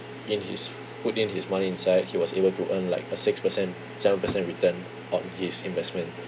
in his put in his money inside he was able to earn like a six percent seven percent return on his investment